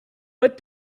but